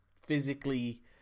physically